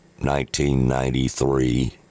1993